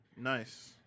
Nice